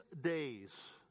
days